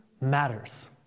matters